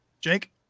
Jake